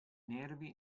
nervi